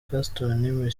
gaston